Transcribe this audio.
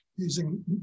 using